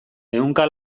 ehunka